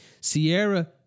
Sierra